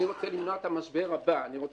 אני רוצה למנוע את המשבר הבא.